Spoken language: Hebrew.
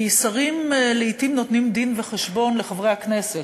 כי שרים לעתים נותנים דין-וחשבון לחברי הכנסת,